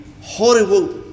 horrible